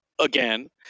again